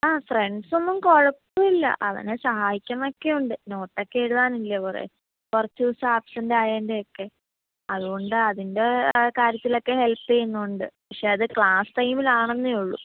ആ ഫ്രണ്ട്സ് ഒന്നും കുഴപ്പമില്ല അവനെ സഹായിക്കുന്നൊക്കെ ഉണ്ട് നോട്ട് ഒക്കെ എഴുതാനില്ലേ കുറേ കുറച്ച് ദിവസം ആബ്സെൻറ് ആയതിന്റെ ഒക്കെ അതുകൊണ്ട് അതിൻ്റെ കാര്യത്തിലൊക്കെ ഹെൽപ്പ് ചെയ്യുന്നുണ്ട് പക്ഷേ അത് ക്ലാസ് ടൈമിൽ ആണെന്നേ ഉള്ളൂ